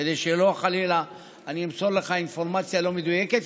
כדי שחלילה לא אמסור לך אינפורמציה לא מדויקת,